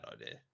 idea